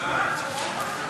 אין נמנעים.